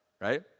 right